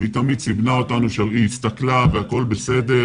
היא תמיד סיבנה אותנו ואמרה שהיא הסתכלה והכול בסדר